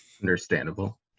Understandable